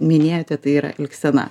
minėjote tai yra elgsena